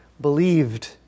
believed